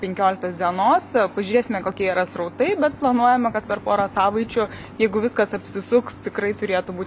penkioliktos dienos pažiūrėsime kokie yra srautai bet planuojama kad per porą savaičių jeigu viskas apsisuks tikrai turėtų būt